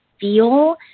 feel